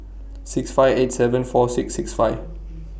six five eight seven four six six five